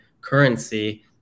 currency